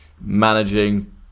managing